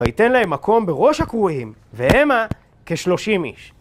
ויתן להם מקום בראש הקרואים, והמה, כשלושים איש.